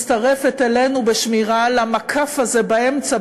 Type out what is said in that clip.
והיא מצטרפת אלינו בשמירה על המקף הזה באמצע,